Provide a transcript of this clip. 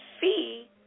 fee